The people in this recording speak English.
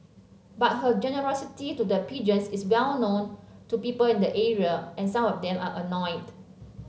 but her generosity to the pigeons is well known to people in the area and some of them are annoyed